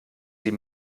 sie